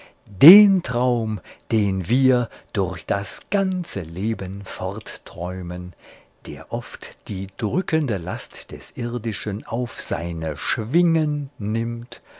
den traum den wir durch das ganze leben fortträumen der oft die drückende last des irdischen auf seine schwingen nimmt